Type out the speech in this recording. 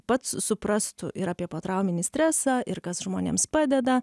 pats suprastų ir apie potrauminį stresą ir kas žmonėms padeda